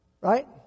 Right